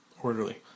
Orderly